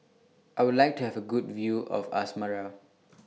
I Would like to Have A Good View of Asmara